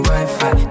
Wi-Fi